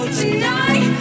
tonight